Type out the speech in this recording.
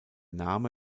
name